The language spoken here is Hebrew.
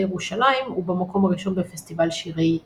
ירושלים ובמקום ראשון בפסטיבל שירי יידיש.